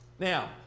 Now